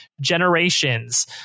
generations